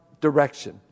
direction